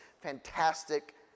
Fantastic